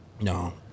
No